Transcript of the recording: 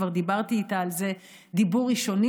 וכבר דיברתי איתה על זה דיבור ראשוני,